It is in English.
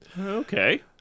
Okay